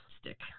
stick